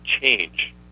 change